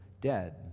dead